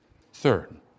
Third